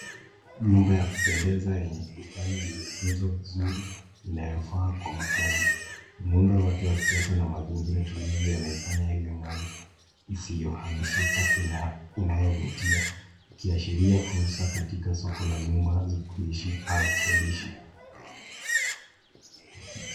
Nyumba ya kupendeza yenye bustani iliyotunzwa vizuri, inayofaa kwa makazi. Muundo wake wa kisasa na mazingira tulivu yanaifanya iwe mali isiyohamishika inayovutia. Ikiashiria fursa katika soko la nyumba za kuishi au kukodisha.